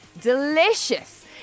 delicious